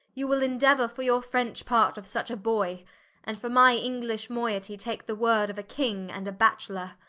you will endeauour for your french part of such a boy and for my english moytie, take the word of a king, and a batcheler.